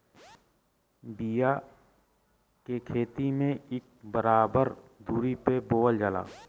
बिया के खेती में इक बराबर दुरी पे बोवल जाला